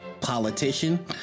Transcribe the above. politician